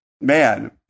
man